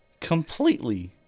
completely